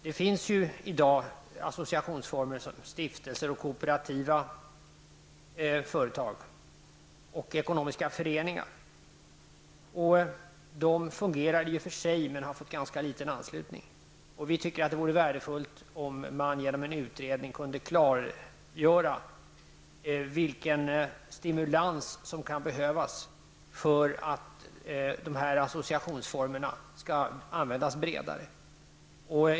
Det finns ju i dag associationsformer som stiftelser, kooperativa företag och ekonomiska föreningar. De fungerar i och för sig, men har fått ganska liten anslutning. Vi tycker att det vore värdefullt om man genom en utredning kunde klargöra vilken stimulans som kan behövas för att de här associationsformerna skall användas bredare.